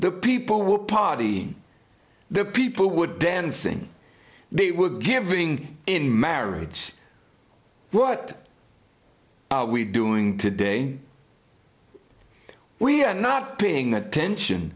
the people will party the people would dancing they were giving in marriage what we doing today we are not paying attention